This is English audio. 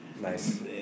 Nice